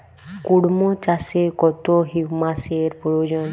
কুড়মো চাষে কত হিউমাসের প্রয়োজন?